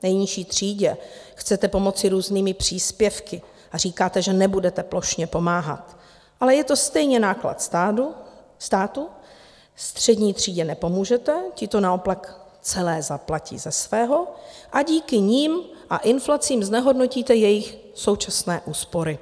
V nejnižší třídě chcete pomoci různými příspěvky a říkáte, že nebudete plošně pomáhat, ale je to stejně náklad státu, střední třídě nepomůžete, ti to naopak celé zaplatí ze svého a díky nim a inflaci znehodnotíte jejich současné úspory.